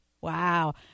wow